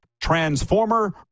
Transformer